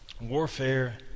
warfare